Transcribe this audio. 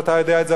אתה יודע את זה,